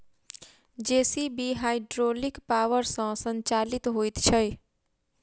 JCB hydraulic power सॅ संचालित होइत छै